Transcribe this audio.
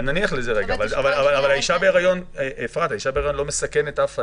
אבל נניח לזה רגע אישה בהיריון הרי לא מסכנת אף אדם.